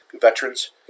veterans